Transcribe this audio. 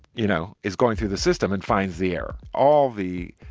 you know, is going through the system and finds the error. all the